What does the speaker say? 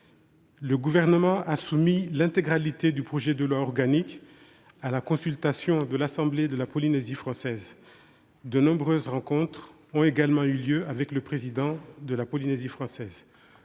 Le Gouvernement a soumis l'intégralité du projet de loi organique à la consultation de l'assemblée de la Polynésie française. De nombreuses rencontres ont également eu lieu avec le président de la Polynésie française.